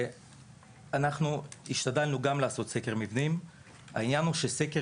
גם אנחנו השתדלנו לעשות סקר מבנים אבל העניין הוא שסקר